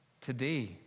today